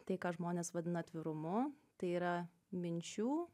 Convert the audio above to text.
tai ką žmonės vadina atvirumu tai yra minčių